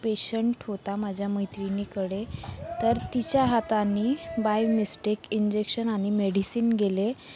patient होता माझ्या मैत्रिणीकडे तर तिच्या हाताने बाय मिस्टेक इंजेक्शन आणि मेडिसिन गेले